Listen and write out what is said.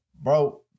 Bro